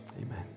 Amen